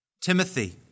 Timothy